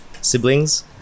siblings